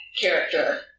character